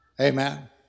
Amen